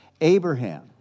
Abraham